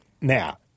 Now